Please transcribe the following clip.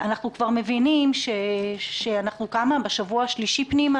אנחנו כבר מבינים שאנחנו בשבוע השלישית פנימה.